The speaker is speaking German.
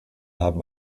haben